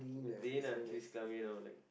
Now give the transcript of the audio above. Dayna she is coming you know like